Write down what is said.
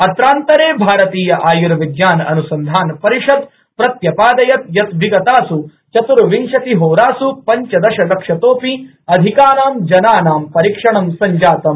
अत्रांतरे भारतीय आयुर्विज्ञान अनुसंधान परिषद् प्रत्यपादयत् यत् विगतास् चत्र्विंशति होरास् पंचदश लक्षतोपि अधिकानां जनानां परीक्षणं संजातम्